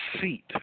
seat